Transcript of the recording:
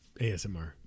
ASMR